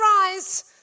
rise